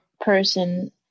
person